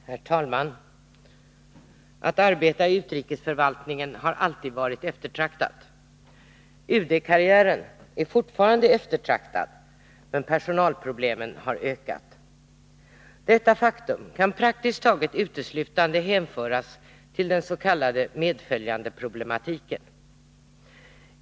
Herr talman! Att arbeta i utrikesförvaltningen har alltid varit eftertraktat. UD-karriären är fortfarande eftertraktad, men personalproblemen har ökat. Detta faktum kan praktiskt taget uteslutande hänföras till den s.k. medföljandeproblematiken.